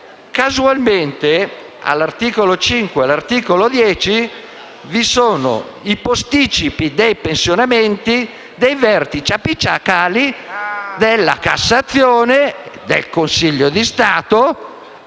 Casualmente, l'articolo 5 e l'articolo 10 contengono i posticipi dei pensionamenti dei vertici apicali della Cassazione e del Consiglio di Stato.